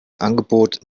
angebot